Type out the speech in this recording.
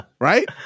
Right